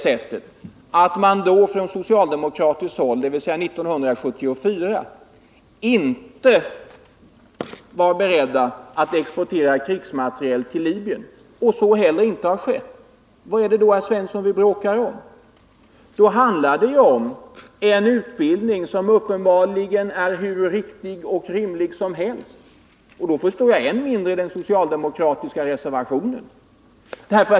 Om socialdemokraterna 1974 inte var beredda att exportera krigsmateriel till Libyen och så heller inte har skett, vad är det då vi bråkar om, herr Svensson? Då handlar debatten om den utbildning som uppenbarligen är hur riktig och rimlig som helst. Då förstår jag än mindre den socialdemokratiska reservationen.